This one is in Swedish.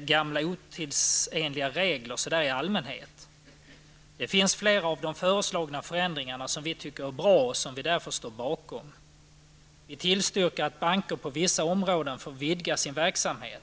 gamla otidsenliga regler i allmänhet. Det finns flera av de föreslagna förändringarna som vi tycker är bra och som vi därför står bakom. Vi tillstyrker att bankerna på vissa områden får vidga sin verksamhet.